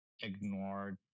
Ignored